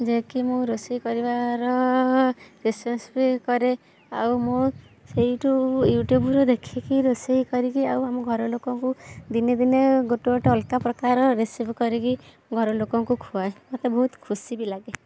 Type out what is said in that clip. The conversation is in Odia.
ଯାଇକି ମୁଁ ରୋଷେଇ କରିବାର ବିଶ୍ୱାସ ବି କରେ ଆଉ ମୁଁ ସେଇଠୁ ୟୁଟୁବରୁ ଦେଖିକି ରୋଷେଇ କରିକି ଆଉ ଆମ ଘର ଲୋକକୁ ଦିନେ ଦିନେ ଗୋଟେ ଗୋଟେ ଅଲଗା ପ୍ରକାର ରେସିପ କରିକି ଘର ଲୋକଙ୍କୁ ଖୁଆଏ ମତେ ବହୁତ ଖୁସି ବି ଲାଗେ